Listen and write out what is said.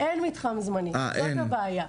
אין מתחם זמני, זאת הבעיה.